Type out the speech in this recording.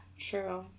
True